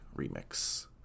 Remix